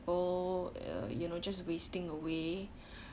people uh you know just wasting away